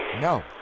No